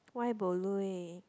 why bo lui